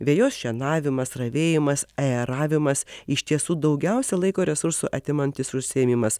vejos šienavimas ravėjimas aeravimas iš tiesų daugiausia laiko resursų atimantis užsiėmimas